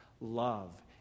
love